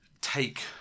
take